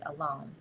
alone